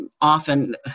often